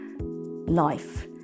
life